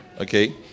okay